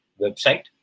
website